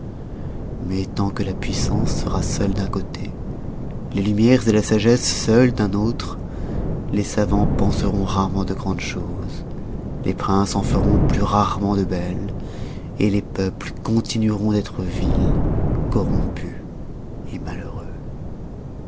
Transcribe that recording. mais tant que la puissance sera seule d'un côté les lumières la sagesse seules d un autre les savans penseront rarement de grandes choses les princes en feront plus rarement de belles les peuples continueront d'être vils corrompus malheureux